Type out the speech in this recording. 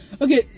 Okay